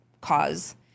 cause